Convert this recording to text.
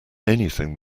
anything